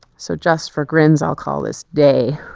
so just for grins i'll call this day